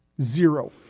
Zero